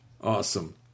Awesome